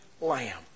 lamb